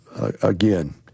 Again